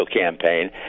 campaign